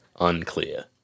Unclear